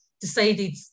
decided